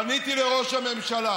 פניתי לראש הממשלה,